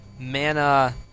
Mana